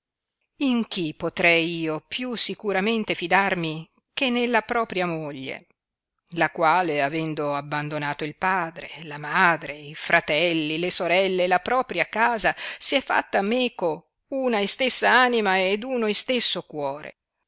in chi potrei io più sicuramente fidarmi che nella propia moglie la quale avendo abbandonato il padre la madre i fratelli le sorelle e la propria casa si è fatta meco una istessa anima ed uno istesso cuore